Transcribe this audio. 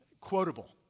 quotable